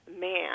Man